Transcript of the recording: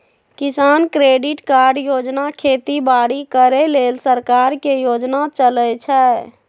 किसान credit card योजना खेती बाड़ी करे लेल सरकार के योजना चलै छै